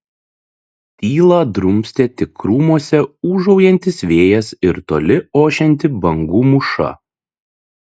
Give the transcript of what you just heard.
tylą drumstė tik krūmuose ūžaujantis vėjas ir toli ošianti bangų mūša